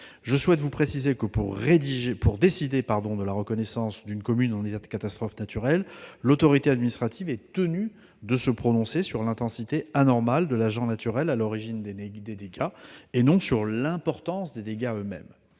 Je souhaite vous préciser que, pour décider de la reconnaissance de l'état de catastrophe naturelle pour une commune, l'autorité administrative est tenue de se prononcer sur l'intensité anormale de l'agent naturel à l'origine des dégâts, et non sur l'importance des dégâts eux-mêmes.